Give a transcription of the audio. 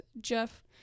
Jeff